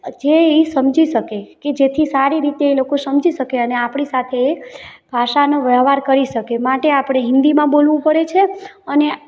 જે એ સમજી શકે કે જેથી એ સારી રીતે એ લોકો સમજી શકે અને આપણી સાથે એ ભાષાનો વ્યવહાર કરી શકે માટે આપણે હિન્દીમાં બોલવું પડે છે અને